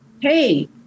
Hey